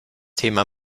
thema